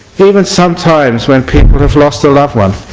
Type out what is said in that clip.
even sometimes when people have lost their loved ones,